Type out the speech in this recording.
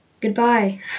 Goodbye